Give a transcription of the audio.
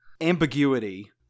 ambiguity